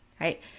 right